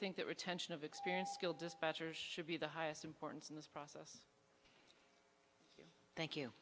think that retention of experienced skilled dispatchers should be the highest importance in this process thank you